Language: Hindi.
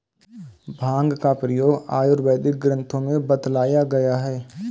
भाँग का प्रयोग आयुर्वेदिक ग्रन्थों में बतलाया गया है